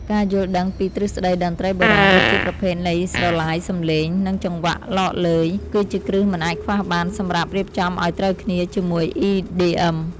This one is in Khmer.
ការយល់ដឹងពីទ្រឹស្ដីតន្ត្រីបុរាណ ដូចជាប្រភេទនៃស្រឡាយសំឡេង និងចង្វាក់ឡកឡឺយ គឺជាគ្រឹះមិនអាចខ្វះបានសម្រាប់រៀបចំឱ្យត្រូវគ្នាជាមួយ EDM។